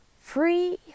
Free